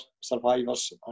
survivors